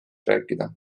rääkida